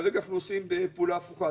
כרגע אנחנו עושים פעולה הפוכה.